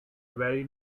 very